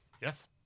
Yes